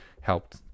helped